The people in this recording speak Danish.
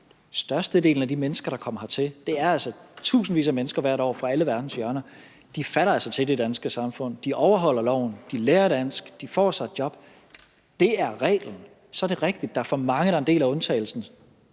størstedelen af de mennesker, der kommer hertil – og det er altså tusindvis af mennesker hvert år fra alle verdenshjørner – altså falder til i det danske samfund, de overholder loven, de lærer dansk, de får sig et job. Det er reglen, og så er det rigtigt, at der er for mange, der er en del af undtagelsen,